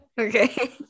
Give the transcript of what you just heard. Okay